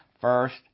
First